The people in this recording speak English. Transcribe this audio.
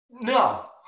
No